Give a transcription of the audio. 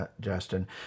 Justin